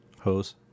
hose